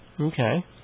okay